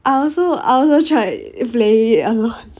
I also I also tried playing it alone